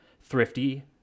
thrifty